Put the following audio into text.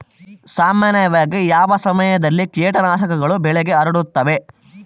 ಸಾಮಾನ್ಯವಾಗಿ ಯಾವ ಸಮಯದಲ್ಲಿ ಕೇಟನಾಶಕಗಳು ಬೆಳೆಗೆ ಹರಡುತ್ತವೆ?